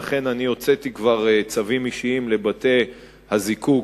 לכן כבר הוצאתי צווים אישיים לבתי- הזיקוק,